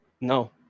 No